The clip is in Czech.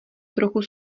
trochu